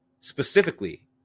specifically